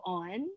on